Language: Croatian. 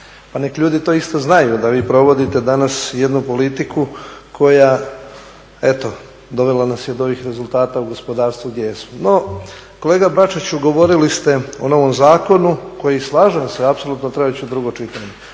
Pa nek ljudi to isto znaju da vi provodite danas jednu politiku koja, eto dovela nas je do ovih rezultata u gospodarstvu gdje jesmo. Kolega Bačiću, govorili ste o novom zakonu koji slažem se apsolutno treba ići u drugo čitanje.